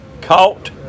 Caught